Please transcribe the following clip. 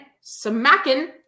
smacking